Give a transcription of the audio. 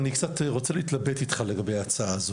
אני קצת רוצה להתלבט איתך לגבי ההצעה הזאתי.